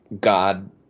god